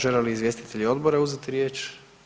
Žele li izvjestitelji odbora uzeti riječ?